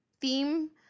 theme